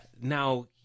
Now